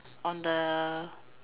on the